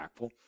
impactful